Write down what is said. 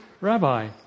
Rabbi